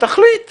ותחליט איזה,